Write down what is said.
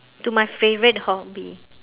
to my favourite hobby